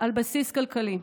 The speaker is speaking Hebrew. על בסיס כלכלי.